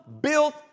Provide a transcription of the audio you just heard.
built